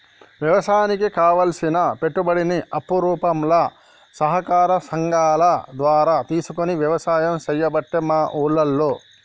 వ్యవసాయానికి కావలసిన పెట్టుబడిని అప్పు రూపంల సహకార సంగాల ద్వారా తీసుకొని వ్యసాయం చేయబట్టే మా ఉల్లోళ్ళు